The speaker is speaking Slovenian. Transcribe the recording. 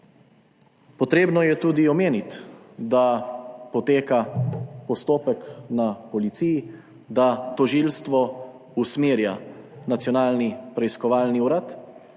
Potrebno je tudi omeniti, da poteka postopek na policiji, da tožilstvo usmerja Nacionalni preiskovalni urad